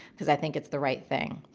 cause i think it's the right thing.